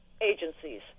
agencies